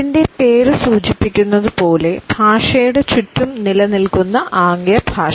ഇതിൻറെ പേര് സൂചിപ്പിക്കുന്നത് പോലെ ഭാഷയുടെ ചുറ്റും നിലനിൽക്കുന്ന ആംഗ്യഭാഷ